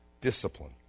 Discipline